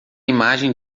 imagem